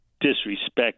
disrespect